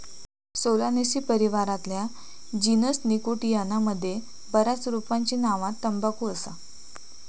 Solanaceae परिवारातल्या genus Nicotiana मध्ये बऱ्याच रोपांची नावा तंबाखू असा